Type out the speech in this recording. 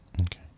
Okay